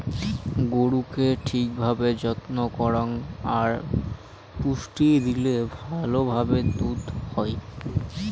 গরুকে ঠিক ভাবে যত্ন করাং আর পুষ্টি দিলে ভালো ভাবে দুধ হই